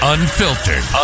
Unfiltered